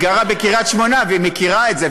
היא גרה בקריית-שמונה והיא מכירה את זה,